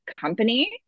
company